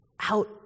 out